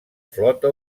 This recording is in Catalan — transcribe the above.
flota